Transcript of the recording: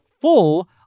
full